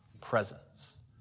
presence